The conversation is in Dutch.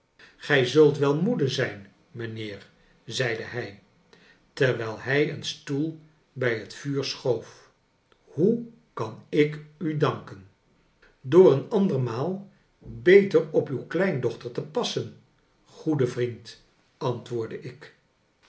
gij zult wel moede zijn mijnheer zeide hij terwijl hij een stoel bij het vuur schoof hoe kan ik u danken door een andermaal beter op uw kleindochter te passen goede vriend antwoordde ik